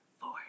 four